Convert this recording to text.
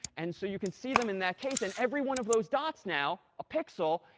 and so you can see them in that case, and every one of those dots now, a pixel,